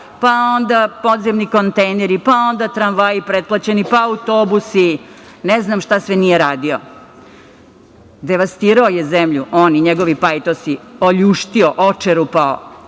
Pa, onda podzemni kontejneri, pa onda tramvaji pretplaćeni, pa autobusi. Ne znam šta sve nije radio. Devastirao je zemlju on i njegovi pajtosi, oljuštio, očerupao.